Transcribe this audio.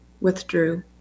withdrew